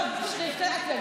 יש לי עוד שתי דקות.